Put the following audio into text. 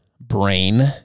brain